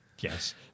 Yes